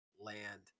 land